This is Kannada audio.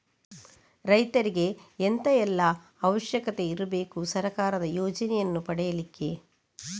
ರೈತರಿಗೆ ಎಂತ ಎಲ್ಲಾ ಅವಶ್ಯಕತೆ ಇರ್ಬೇಕು ಸರ್ಕಾರದ ಯೋಜನೆಯನ್ನು ಪಡೆಲಿಕ್ಕೆ?